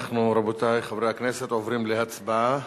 אנחנו, רבותי חברי הכנסת, עוברים להצבעה